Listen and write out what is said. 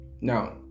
Now